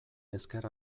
ezker